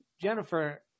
Jennifer